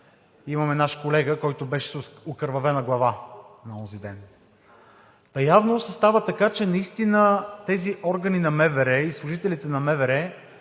Имаме наш колега, който беше с окървавена глава на онзи ден. Явно си става така, че наистина тези органи на МВР, и служителите на МВР,